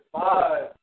five